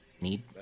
need